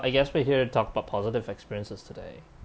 I guess we're here to talk about positive experiences today